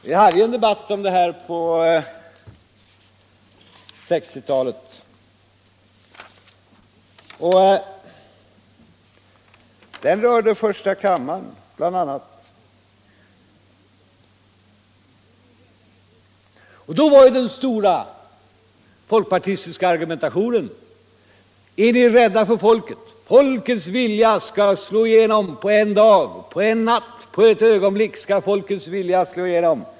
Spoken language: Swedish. Vi hade ju en debatt om det här på 1960-talet, och den rörde första kammaren bl.a. Och då var den stora folkpartistiska argumentationen: Nr 149 Är ni rädda för folket? Folkets vilja skall slå igenom på en dag, på en Fredagen den natt — på ett ögonblick skall folkets vilja slå igenom!